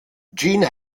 gene